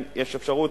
אם יש אפשרות,